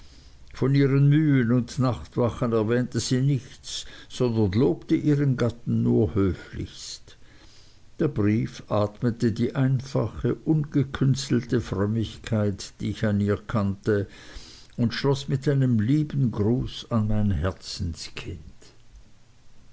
von ihren mühen und nachtwachen erwähnte sie nichts sondern lobte ihren gatten nur höchlichst der brief atmete die einfache ungekünstelte frömmigkeit die ich an ihr kannte und schloß mit einem lieben gruß an mein herzenskind